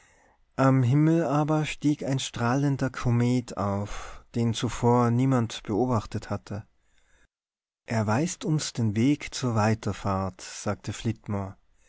am himmel aber stieg ein strahlender komet auf den zuvor niemand beobachtet hatte er weist uns den weg zur weiterfahrt sagte